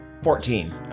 Fourteen